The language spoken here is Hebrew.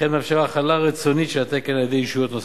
וכן מאפשר החלה רצונית של התקן על-ידי ישויות נוספות.